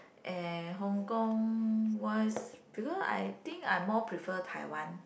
and Hong-Kong once because I think I more prefer Taiwan